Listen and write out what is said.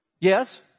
Yes